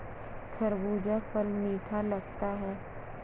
खरबूजा फल मीठा लगता है